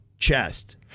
chest